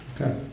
Okay